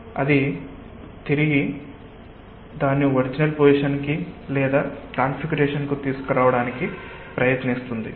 అది తిరిగి దాని ఒరిజినల్ పొజిషన్ కి లేదా కాన్ఫిగరేషన్కు తీసుకురావడానికి ప్రయత్నిస్తుంది